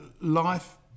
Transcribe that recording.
life